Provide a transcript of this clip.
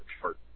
short